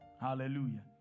Hallelujah